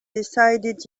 decided